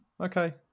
Okay